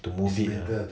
to move it ah